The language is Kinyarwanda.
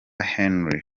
henry